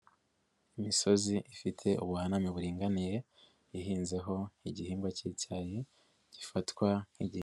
Imisozi ifite ubuhame buringaniye ihinzeho igihingwa cy'icyayi gifatwa nki'gi...